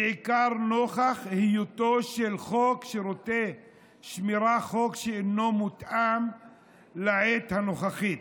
בעיקר נוכח היותו של חוק שירותי שמירה חוק שאינו מותאם לעת הנוכחית,